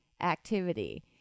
activity